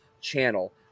channel